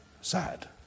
Sad